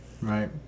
right